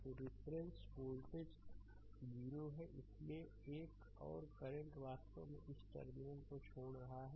तो reference voltage 0 है इसलिए एक औरकरंट वास्तव में इस टर्मिनल को छोड़ रहा है